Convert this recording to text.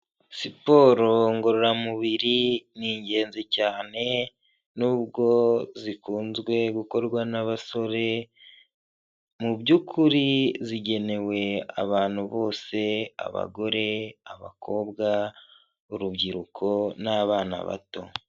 Siporo ngororamubiri ni ingenzi cyane, n'ubwo zikunzwe gukorwa n'abasore, mu by'ukuri zigenewe abantu bose, abagore, abakobwa, urubyiruko n'abana bato.